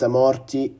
morti